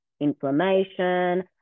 inflammation